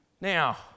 now